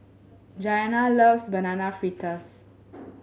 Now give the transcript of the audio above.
Gianna loves Banana Fritters